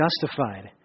justified